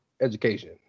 education